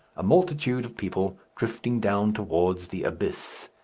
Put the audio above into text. a multitude of people drifting down towards the abyss.